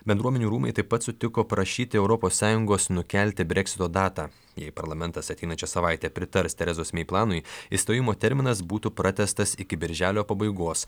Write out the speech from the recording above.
bendruomenių rūmai taip pat sutiko prašyti europos sąjungos nukelti breksito datą jei parlamentas ateinančią savaitę pritars teresos mei planui išstojimo terminas būtų pratęstas iki birželio pabaigos